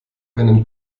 einen